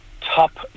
top